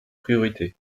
priorités